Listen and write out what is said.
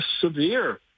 severe